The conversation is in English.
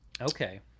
Okay